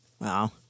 Wow